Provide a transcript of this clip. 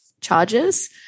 charges